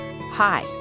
Hi